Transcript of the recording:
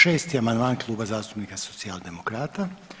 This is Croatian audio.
6. amandman Kluba zastupnika Socijaldemokrata.